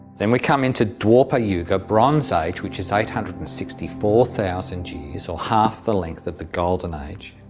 then we come into dwapara yuga bronze age, which is eight hundred and sixty four thousand years, or half the length of the golden age,